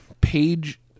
Page